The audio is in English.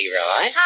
Hi